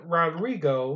Rodrigo